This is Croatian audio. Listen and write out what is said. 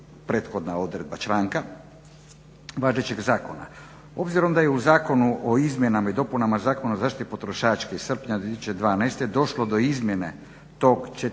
prethodna odredba članka važećeg zakona. Obzirom da je u Zakonu o izmjenama i dopunama Zakona o zaštiti potrošača iz srpnja 2012. došlo do izmjene tog 145.